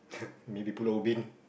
maybe Pulau-Ubin